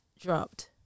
dropped